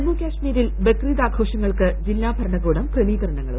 ജമ്മു കാശ്മീരിൽ ബക്രീദ് ആഘോഷങ്ങൾക്ക് ജില്ലാ ഭരണകൂടം ക്രമീകരണങ്ങൾ ഒരുക്കി